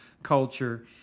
culture